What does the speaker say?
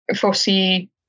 foresee